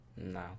No